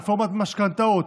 רפורמת משכנתאות,